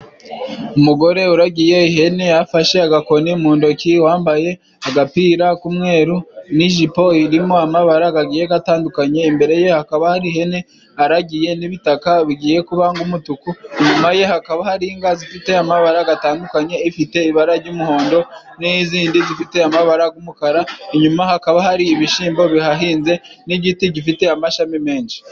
Umugore uragiye ihene afashe agakoni mu ndoki wambaye agapira k'umweru n'ijipo irimo amabara gagiye gatandukanye ,imbere ye hakaba hari ihene aragiye n'ibitaka bigiye kuba ng' umutuku ,inyuma ye hakaba hari inka zifite amabara gatandukanye ifite ibara jy'umuhondo n'izindi zifite amabara g'umukara ,inyuma hakaba hari ibishimbo bihahinze n'igiti gifite amashami menshi.